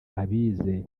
abize